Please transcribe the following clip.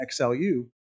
XLU